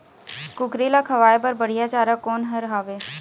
कुकरी ला खवाए बर बढीया चारा कोन हर हावे?